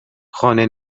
خانه